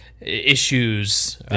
issues